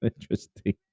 interesting